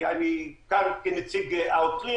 אני כאן כנציג העותרים,